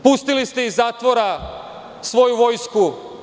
Pustili ste iz zatvora svoju vojsku.